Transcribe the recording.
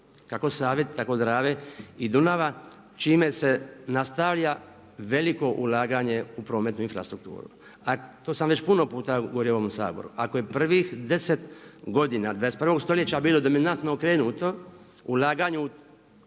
kako Save, tako Drave i Dunava čime se nastavlja veliko ulaganje u prometnu infrastrukturu. A to sam već puno puta govorio u ovome Saboru, ako je prvih 10 godina 21. stoljeća bilo dominantno okrenuto ulaganju u